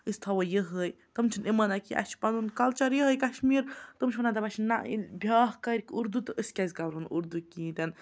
أسۍ تھاوو یِہوٚے تِم چھِنہٕ یہِ مانان کیٚنٛہہ اَسہِ چھُ پَنُن کَلچَر یِہوٚے کَشمیٖر تِم چھِ وَنان دَپان چھِ نَہ ییٚلہِ بیٛاکھ کَرِ اُردو تہٕ أسۍ کیٛازِ کَرَو نہٕ اُردو کِہیٖنۍ تہِ نہٕ